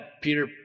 Peter